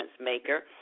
Maker